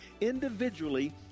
individually